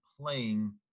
playing